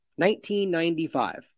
1995